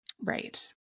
Right